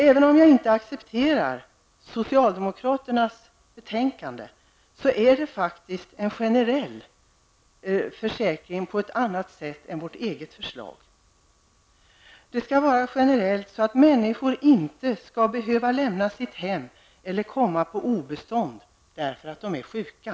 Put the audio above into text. Även om jag inte accepterar socialdemokraternas skrivning i betänkandet, handlar det faktiskt om en generell försäkring. Det är dock inte som vårt eget förslag. Men människor skall inte behöva lämna sina hem eller komma på obestånd därför att de är sjuka.